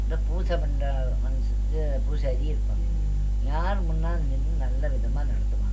இந்த பூஜை பண்ணுற மனுஷ இது பூசாரி இருப்பாங்க யார் முன்னால் நின்று நல்லவிதமா நடத்துவாங்களோ